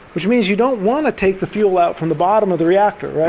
which means you don't want to take the fuel out from the bottom of the reactor,